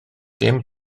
dim